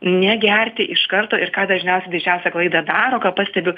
negerti iš karto ir ką dažniausiai didžiausią klaidą daro ką pastebiu